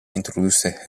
introdusse